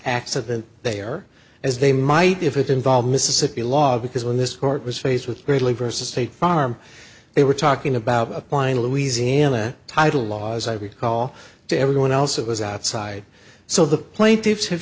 accident they are as they might if it involved mississippi law because when this court was faced with really versus state farm they were talking about applying the louisiana title law as i recall to everyone else it was outside so the plaintiffs have